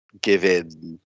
given